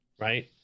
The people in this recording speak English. right